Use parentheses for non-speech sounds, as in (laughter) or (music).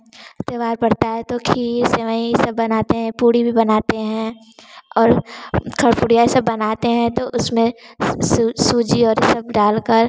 त्यौहार पड़ता है तो खीर सेवई सब बनाते हैं पूड़ी भी बनाते हैं और (unintelligible) से बनाते हैं तो उसमें सूजी और सब डालकर